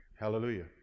hallelujah